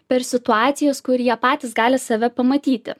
per situacijas kur jie patys gali save pamatyti